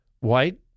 white